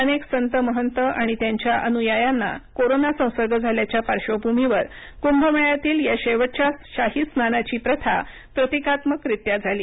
अनेक संत महंत आणि त्यांच्या अनुयायांना कोरोना संसर्ग झाल्याच्या पार्श्वभूमीवर कुंभमेळ्यातील या शेवटच्या शाही स्नानाची प्रथा प्रतिकात्मक रीत्या झाली